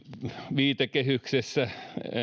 viitekehyksessä